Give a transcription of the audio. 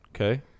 Okay